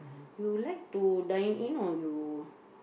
you like to dine in or you